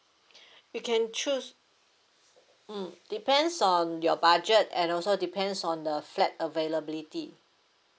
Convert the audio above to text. you can choose mm depends on your budget and also depends on the flat availability